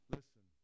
Listen